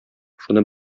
шуны